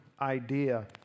idea